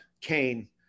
Kane